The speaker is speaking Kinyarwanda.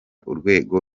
urwego